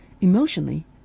Emotionally